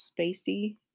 spacey